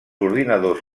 ordinadors